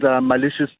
malicious